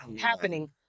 happening